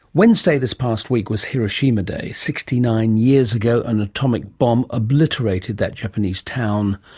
wednesday this past week was hiroshima day. sixty nine years ago an atomic bomb obliterated that japanese town.